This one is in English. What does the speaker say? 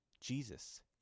Jesus